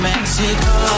Mexico